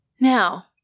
now